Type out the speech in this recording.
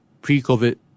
pre-COVID